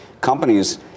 companies